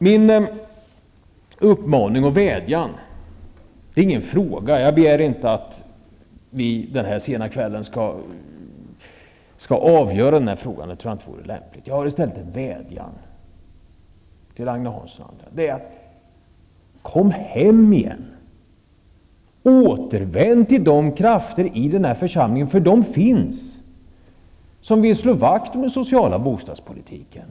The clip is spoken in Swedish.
Min uppmaning och vädjan -- det är ingen fråga, och jag begär inte att vi i denna sena kväll skall avgöra denna fråga, det tror jag inte vore lämpligt -- till Agne Hansson och andra är: Kom hem igen. Återvänd till de krafter i denna församling, eftersom de finns, som vill slå vakt om den sociala bostadspolitiken.